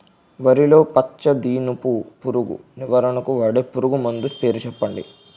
వరిలో పచ్చ దీపపు పురుగు నివారణకు వాడే పురుగుమందు పేరు చెప్పండి?